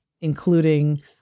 including